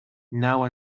now